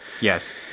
Yes